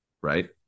right